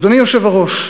אדוני היושב-ראש,